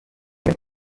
many